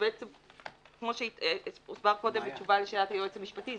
ובעצם כמו שהוסבר קודם בתשובה לשאלת היועץ המשפטי,